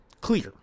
Clear